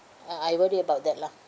ah I worry about that lah